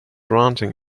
ranting